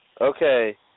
Okay